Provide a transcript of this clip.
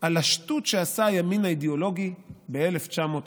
על השטות שעשה הימין האידיאולוגי ב-1992.